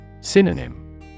Synonym